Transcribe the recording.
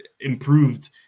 improved